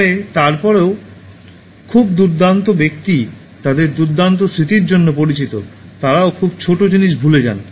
তবে তারপরেও খুব দুর্দান্ত ব্যক্তি তাদের দুর্দান্ত স্মৃতির জন্য পরিচিত তাঁরাও খুব ছোট জিনিস ভুলে যান